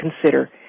consider